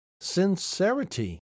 sincerity